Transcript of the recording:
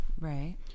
right